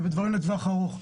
ובדברים שהם לטווח ארוך.